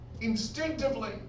Instinctively